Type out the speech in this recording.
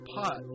pot